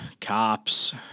cops